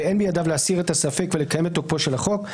ואין בידיו להסיר את הספק ולקיים את תוקפו של החוק,